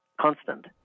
constant